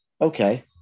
okay